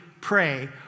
pray